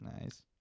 Nice